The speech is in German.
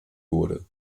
wurde